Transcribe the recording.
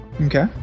Okay